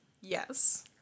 Yes